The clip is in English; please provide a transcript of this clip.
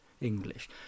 English